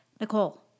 Nicole